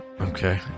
Okay